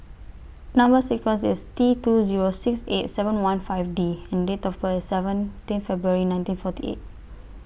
Number sequence IS T two Zero six eight seven one five D and Date of birth IS seventeen February nineteen forty eight